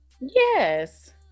Yes